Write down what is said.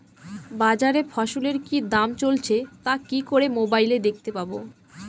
বাজারে ফসলের কি দাম চলছে তা কি করে মোবাইলে দেখতে পাবো?